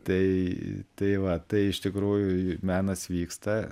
tai tai va tai iš tikrųjų menas vyksta